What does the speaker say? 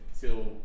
Till